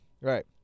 Right